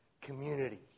community